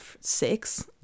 Six